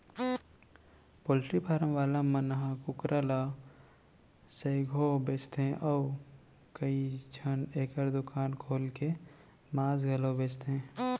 poultry farm वाला मन ह कुकरा ल सइघो बेचथें अउ कइझन एकर दुकान खोल के मांस घलौ बेचथें